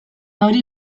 hori